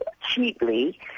cheaply